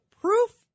proof